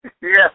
Yes